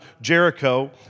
Jericho